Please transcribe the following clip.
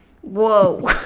Whoa